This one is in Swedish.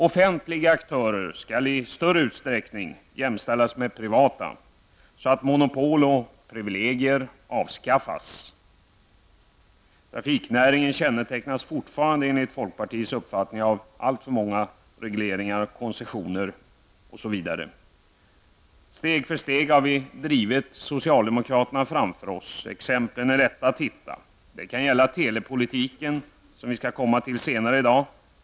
Offentliga aktörer skall i större utsträckning jämställas med privata så att monopol och privilegier avskaffas. Trafiknäringen kännetecknas fortfarande enligt folkpartiets uppfattning av allför många regleringar, koncessioner m.m. Steg för steg har vi drivit socialdemokraterna framför oss. Exemplena är lätta att hitta. Det kan gälla telepolitiken, som vi skall komma till senare i dag.